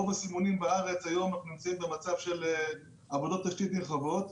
היום בארץ אנחנו נמצאים במצב של עבודות תשתית נרחבות,